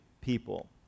people